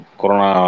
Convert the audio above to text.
corona